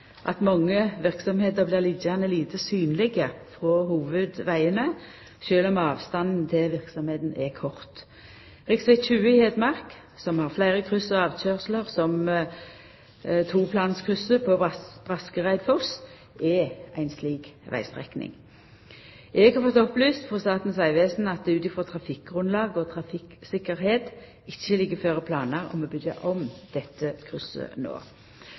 at mange verksemder blir liggjande lite synlege frå hovudvegane, sjølv om avstanden til verksemda er kort. Riksveg 20 i Hedmark, som har fleire kryss og avkjørsler, som toplanskrysset på Braskereidfoss, er ei slik vegstrekning. Eg har fått opplyst frå Statens vegvesen at det ut frå trafikkgrunnlag og trafikktryggleik ikkje ligg føre planar om å byggja om dette krysset